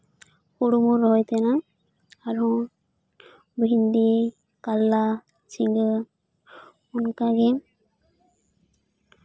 ᱦᱩᱲᱩ ᱵᱚᱱ ᱨᱚᱦᱚᱭᱮ ᱛᱟᱦᱮᱱᱟ ᱟᱨᱦᱚᱸ ᱵᱷᱤᱱᱰᱤ ᱠᱟᱞᱞᱟ ᱡᱷᱤᱸᱜᱟᱹ ᱚᱱᱠᱟᱜᱮ